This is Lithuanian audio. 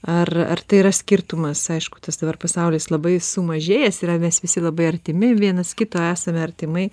ar ar tai yra skirtumas aišku tas dabar pasaulis labai sumažėjęs yra mes visi labai artimi vienas kito esame artimai